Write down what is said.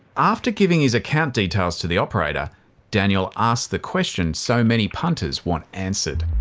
after giving his account details to the operator daniel asks the question so many punters want answered.